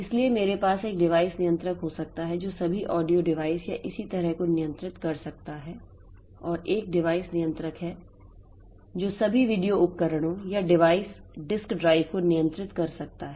इसलिए मेरे पास एक डिवाइस नियंत्रक हो सकता है जो सभी ऑडियो डिवाइस या इसी तरह को नियंत्रित कर सकता है और एक डिवाइस नियंत्रक है जो सभी वीडियो उपकरणों या डिस्क ड्राइव को नियंत्रित कर सकता है